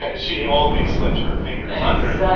and she only slipped her fingers and there's ah